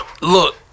Look